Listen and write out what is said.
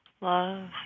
love